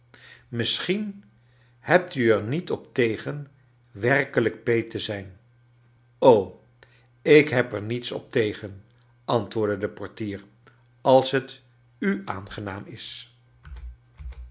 misschien hebt u er met op tegen wcrkelijk peet te zijn ik heb er niets opsogen am woordde de portier als t u aangenaam is